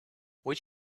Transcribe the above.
would